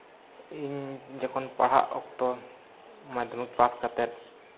ᱤᱧ ᱡᱚᱠᱷᱚᱱ ᱯᱟᱲᱦᱟᱜ ᱚᱠᱛᱚ ᱢᱟᱫᱽᱫᱷᱚᱢᱤᱠ ᱯᱟᱥ ᱠᱟᱛᱮᱫ